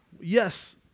Yes